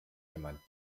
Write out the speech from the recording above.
jemand